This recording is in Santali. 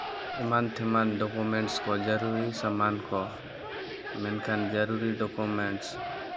ᱮᱢᱟᱱ ᱛᱮᱢᱟᱱ ᱰᱚᱠᱳᱢᱮᱱᱴᱥ ᱠᱚ ᱡᱟᱹᱨᱩᱨᱤ ᱥᱟᱢᱟᱱ ᱠᱚ ᱢᱮᱱᱠᱷᱟᱱ ᱡᱟᱹᱨᱩᱨᱤ ᱰᱚᱠᱳᱢᱮᱱᱴᱥ